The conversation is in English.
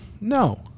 No